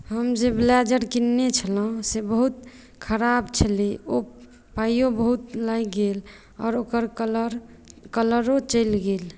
हम जे ब्लेजर किनने छलहुँ से बहुत खराब छलै ओ पाइयो बहुत लागि गेल आओर ओकर कलर कलरो चलि गेल